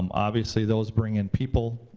um obviously, those bring in people.